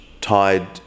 tied